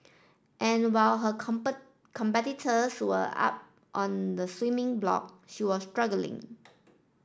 and while her competitors were up on the swimming block she was struggling